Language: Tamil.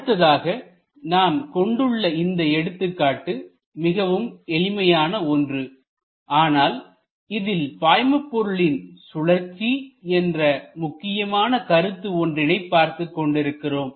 அடுத்ததாக நாம் கொண்டுள்ள இந்த எடுத்துக்காட்டு மிகவும் எளிமையான ஒன்று ஆனால் இதில் பாய்மபொருளின் சுழற்சி என்ற முக்கியமான கருத்து ஒன்றினை பார்த்துக் கொண்டிருக்கிறோம்